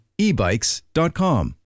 ebikes.com